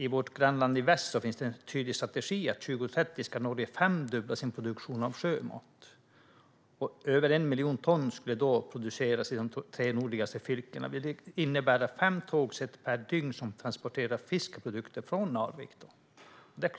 I vårt grannland i väst finns det en tydlig strategi som säger att 2030 ska Norge ha femdubblat sin produktion av sjömat. Över 1 miljon ton ska då produceras i de tre nordligaste fylkena, vilket innebär fem tågset per dygn som transporterar fiskprodukter från Narvik. Det